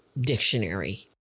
dictionary